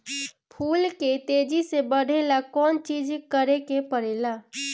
फूल के तेजी से बढ़े ला कौन चिज करे के परेला?